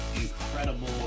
incredible